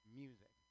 music